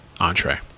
entree